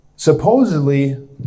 supposedly